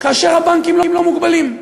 כאשר הבנקים לא מוגבלים.